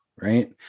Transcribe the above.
right